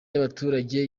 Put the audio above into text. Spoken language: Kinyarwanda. y’abaturage